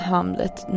Hamlet